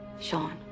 Sean